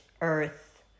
earth